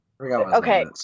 Okay